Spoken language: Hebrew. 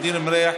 ע'דיר כמאל מריח,